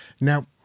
Now